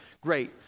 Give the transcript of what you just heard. great